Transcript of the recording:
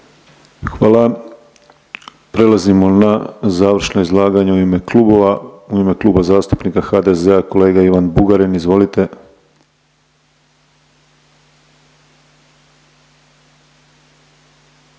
Hvala. Prelazimo na završno izlaganje u ime klubova. U ime Kluba zastupnika HDZ-a kolega Ivan Bugarin, izvolite.